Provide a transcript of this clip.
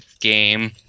game